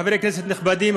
חברי כנסת נכבדים,